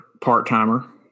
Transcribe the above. part-timer